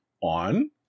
on